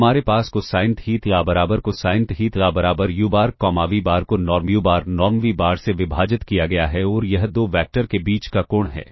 तो हमारे पास कोसाइन थीटा बराबर कोसाइन थीटा बराबर u bar comma v bar को norm u bar norm V bar से विभाजित किया गया है और यह दो वैक्टर के बीच का कोण है